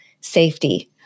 safety